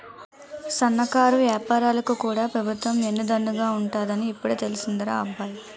సన్నకారు ఏపారాలకు కూడా పెబుత్వం ఎన్ను దన్నుగా ఉంటాదని ఇప్పుడే తెలిసిందిరా అబ్బాయి